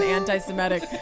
anti-Semitic